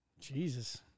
Jesus